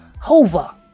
Hova